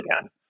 again